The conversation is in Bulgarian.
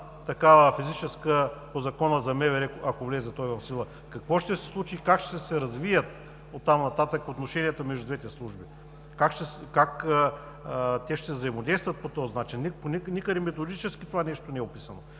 поискат физическа охрана по Закона за МВР, ако той влезе в сила, какво ще се случи и как ще се развият оттам нататък отношенията между двете служби? Как те ще взаимодействат по този начин? Никъде методически това нещо не е описано.